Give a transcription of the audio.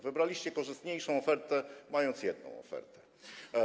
Wybraliście korzystniejszą ofertę, mając jedną ofertę.